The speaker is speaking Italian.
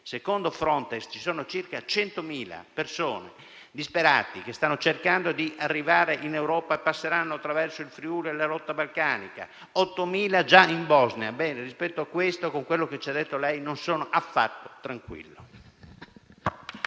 secondo Frontex, ci sono circa 100.000 persone, disperate, che stanno cercando di arrivare in Europa e passeranno attraverso il Friuli e la rotta balcanica; 8.000 sono già in Bosnia. Rispetto a questo, dopo quello che ci ha detto lei, non sono affatto tranquillo.